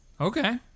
Okay